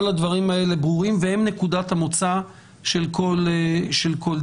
כל הדברים האלה ברורים והם נקודת המוצא של כל דיון.